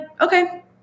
okay